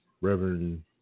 Reverend